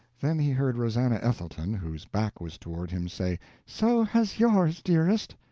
then he heard rosannah ethelton, whose back was toward him, say so has yours, dearest!